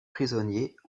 prisonniers